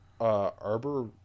Arbor